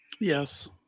Yes